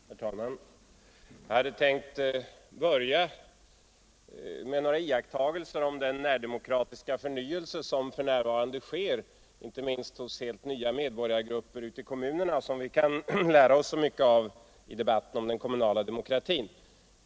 Herr talman! Jag hade tänkt börja med några iakttagelser om den närdemokratiska förnyelse som för närvarande sker, inte minst hos helt nya medborgargrupper ute i kommunerna, och som vi kan lära oss av i debatten om den kommunala demokratin.